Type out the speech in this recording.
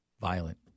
violent